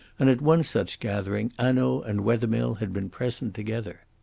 and at one such gathering hanaud and wethermill had been present together.